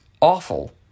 awful